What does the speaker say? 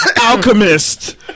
Alchemist